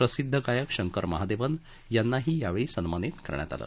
प्रसिद्ध गायक शंकर महादेवन यांनाही यावेळी सन्मानित करण्यात आलं